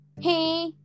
Hey